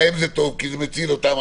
להם זה טוב כי זה מציל אותם,